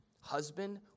husband